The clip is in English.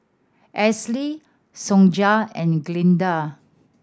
Azalee Sonja and Glenda